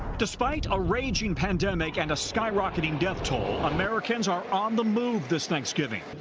despite a raging pandemic and a skyrocketing death toll americans are on the move this thanksgiving.